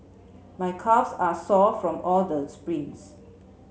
my calves are sore from all the sprints